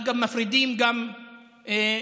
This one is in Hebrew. אגב, מפרידים גם חרדים.